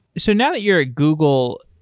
so now that you're at google,